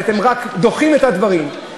ורק דוחים את הדברים.